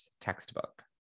textbook